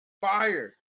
Fire